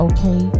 Okay